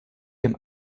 dem